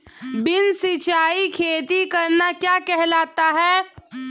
बिना सिंचाई खेती करना क्या कहलाता है?